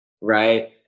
Right